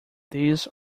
these